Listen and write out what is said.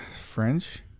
French